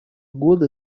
года